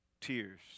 tears